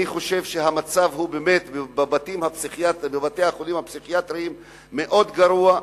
אני חושב שהמצב בבתי-החולים הפסיכיאטריים הוא באמת מאוד גרוע.